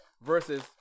Versus